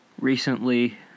Recently